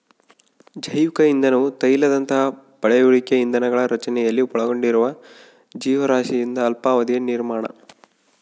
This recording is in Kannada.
ಜೈವಿಕ ಇಂಧನವು ತೈಲದಂತಹ ಪಳೆಯುಳಿಕೆ ಇಂಧನಗಳ ರಚನೆಯಲ್ಲಿ ಒಳಗೊಂಡಿರುವ ಜೀವರಾಶಿಯಿಂದ ಅಲ್ಪಾವಧಿಯ ನಿರ್ಮಾಣ